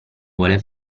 vuole